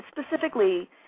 specifically